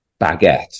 baguette